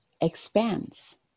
expands